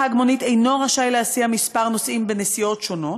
נהג מונית אינו רשאי להסיע כמה נוסעים בנסיעות שונות,